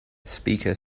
speaker